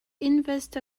invest